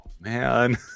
man